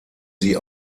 sie